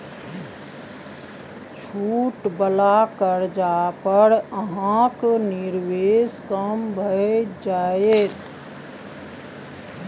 छूट वला कर्जा पर अहाँक निवेश कम भए जाएत